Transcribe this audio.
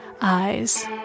eyes